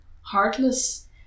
heartless